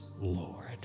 Lord